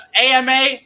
ama